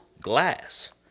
Glass